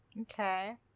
Okay